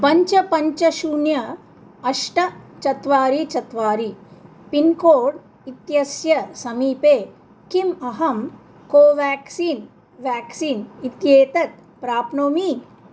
पञ्च पञ्च शून्यं अष्ट चत्वारि चत्वारि पिन्कोड् इत्यस्य समीपे किम् अहं कोवाक्सीन् व्याक्सीन् इत्येतत् प्राप्नोमि